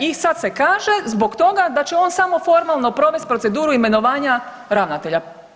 I sad se kaže zbog toga da će on samo formalno provesti proceduru imenovanja ravnatelja.